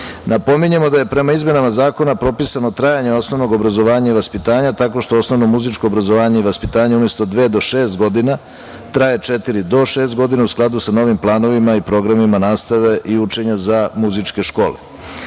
učenika. Napominjemo da je prema izmenama zakona propisano trajanje osnovnog obrazovanja i vaspitanja tako što osnovno muzičko obrazovanje i vaspitanje umesto dve do šest godina traje četiri do šest godina u skladu sa novim planovima i programima nastave i učenja za muzičke škole.